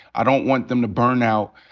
i don't want them to burn out.